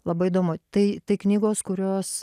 labai įdomu tai tai knygos kurios